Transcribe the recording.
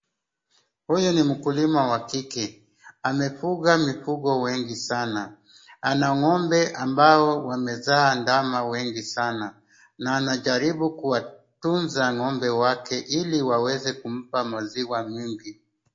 Huyu ni mkulima wa kike. Amefuga mifugo wengi sana ana ng'ombe ambao wamezaa ndama wengi sana na anajaribu kuwatunza ng'ombe wake ili waweze kumpa maziwa mingi.